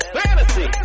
Fantasy